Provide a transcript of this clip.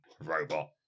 Robot